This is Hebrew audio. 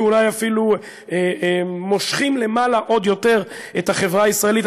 ואולי אפילו מושכים למעלה עוד יותר את החברה הישראלית.